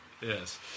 Yes